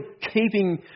keeping